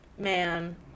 Man